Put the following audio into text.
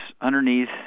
underneath